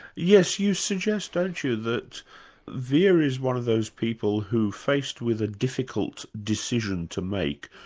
yes, you suggest don't you, that vere is one of those people who faced with a difficult decision to make,